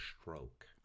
stroke